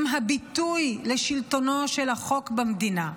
הם הביטוי לשלטונו של החוק במדינה.